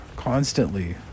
Constantly